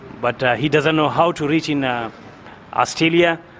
but he doesn't know how to reach you know australia,